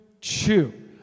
chew